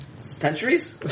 Centuries